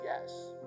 yes